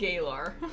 Galar